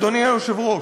אדוני היושב-ראש,